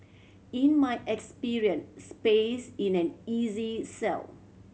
in my experience space is an easy sell